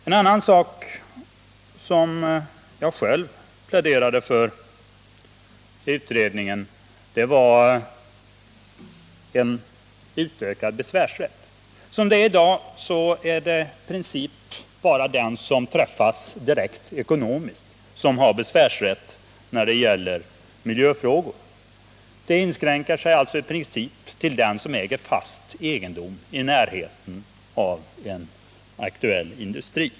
En annan sak som jag själv pläderade för i utredningen var utökad besvärsrätt. I dag är det i princip bara den som drabbas direkt ekonomiskt som har besvärsrätt i miljöfrågor— den rätten inskränker sig alltså i princip till dem som äger fast egendom i närheten av en aktuell industri.